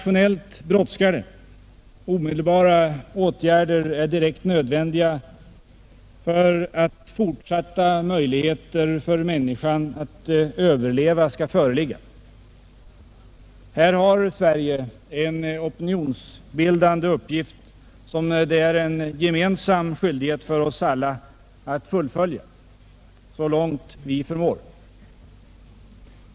Omedelbara åtgärder är direkt nödvändiga för att människan skall ha fortsatta möjligheter att överleva. Här har Sverige en oppinionsbildande uppgift som det är en gemensam skyldighet för oss alla att fullfölja så långt vi förmår.